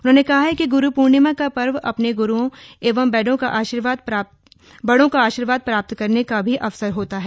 उन्होंने कहा कि ग्रू पूर्णिमा का पर्व अपने ग्रूओं एवं बड़ो का आर्शीवाद प्राप्त करने का भी अवसर होता है